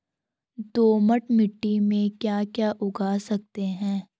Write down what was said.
दोमट मिट्टी में म ैं क्या क्या उगा सकता हूँ?